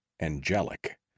angelic